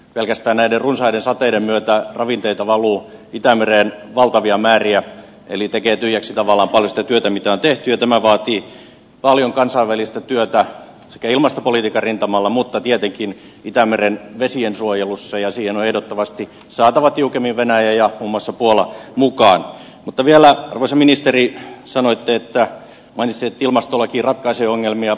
pelkästään näiden runsaiden sateiden myötä ravinteita valuu itämereen valtavia määriä eli tekee tyhjäksi tavallaanpallista työtä mitä tekee tämä vaatii paljon kansainvälistä työtä tukeilmastopolitiikan rintamalla mutta tietenkin itämeren vesiensuojelussa ja sielua ehdottomasti saatava tiukemmin venäjä ja massa puola mukaan mutta vielä uusi ministeri sanoi että olisin ilmastolaki ratkaisee ongelmia